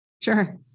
Sure